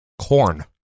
Corn